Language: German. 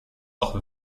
auch